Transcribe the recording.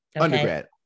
Undergrad